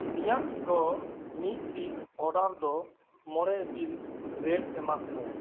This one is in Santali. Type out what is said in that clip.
ᱤᱧᱟᱜ ᱫᱚ ᱢᱤᱫ ᱯᱤᱥ ᱚᱰᱟᱨ ᱫᱚ ᱢᱚᱬᱮ ᱤᱯᱤᱞ ᱨᱮᱴ ᱮᱢᱟᱜ ᱢᱮ